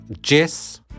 Jess